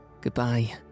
Goodbye